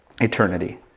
eternity